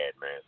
man